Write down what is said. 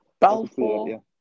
Balfour